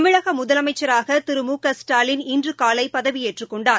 தமிழக முதலமைச்சராக திரு மு க ஸ்டாலின் இன்று காலை பதவியேற்றுக் கொண்டார்